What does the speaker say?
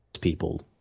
people